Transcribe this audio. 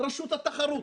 רשות התחרות,